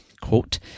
quote